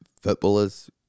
footballers